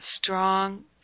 strong